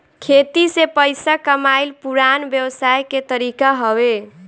खेती से पइसा कमाइल पुरान व्यवसाय के तरीका हवे